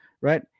right